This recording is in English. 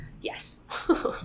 yes